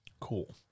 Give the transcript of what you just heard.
cool